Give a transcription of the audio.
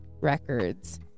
records